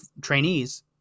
trainees